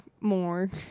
more